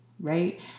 Right